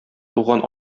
туган